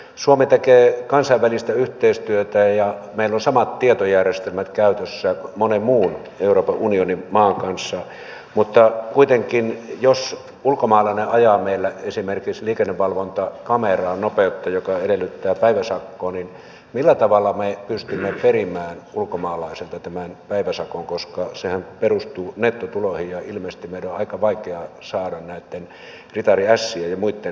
suomi tekee kansainvälistä yhteistyötä ja meillä on samat tietojärjestelmät käytössä monen muun euroopan unionin maan kanssa mutta kuitenkin jos ulkomaalainen ajaa meillä esimerkiksi liikennevalvontakameraan nopeutta joka edellyttää päiväsakkoa niin millä tavalla me pystymme perimään ulkomaalaiselta tämän päiväsakon koska sehän perustuu nettotuloihin ja ilmeisesti meidän on aika vaikea saada näitten ritariässien ja muitten nettotuloja selville